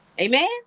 amen